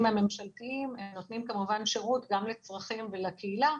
הממשלתיים נותנים כמובן שירות גם לצרכים ולקהילה,